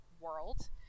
world